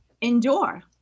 endure